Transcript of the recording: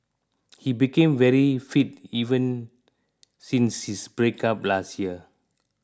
he became very fit even since his breakup last year